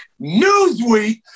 newsweek